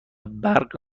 برق